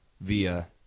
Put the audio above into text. via